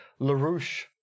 LaRouche